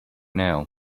now